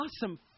awesome